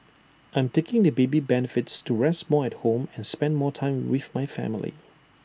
I'm taking the baby benefits to rest more at home and spend more time with my family